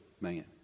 man